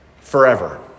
forever